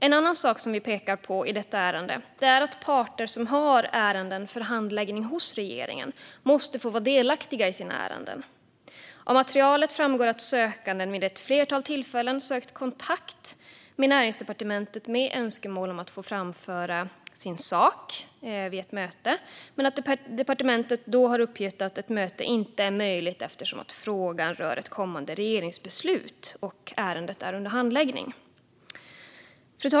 En annan sak vi pekar på i detta ärende är att parter som har ärenden för handläggning hos regeringen måste få vara delaktiga i sina ärenden. Av materialet framgår att sökanden vid ett flertal tillfällen sökt kontakt med Näringsdepartementet med önskemål om att få framföra sin sak vid ett möte, men att departementet då har uppgett att ett möte inte är möjligt eftersom frågan rör ett kommande regeringsbeslut och ärendet är under handläggning.